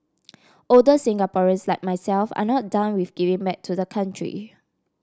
older Singaporeans like myself are not done with giving back to the country